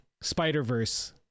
Spider-Verse